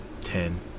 Ten